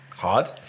hard